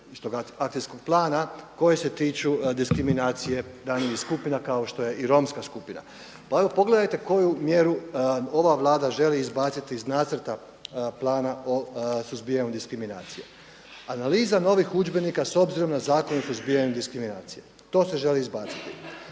iz toga akcijskog plana koje se tiču diskriminacije daljnjih skupina kao što je i Romska skupina. Pa evo pogledajte koju mjeru ova Vlada želi izbaciti iz Nacrta plana o suzbijanju diskriminacije. Analiza novih udžbenika s obzirom na zakonitost suzbijanja diskriminacije. To se želi izbaciti.